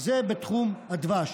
זה בתחום הדבש.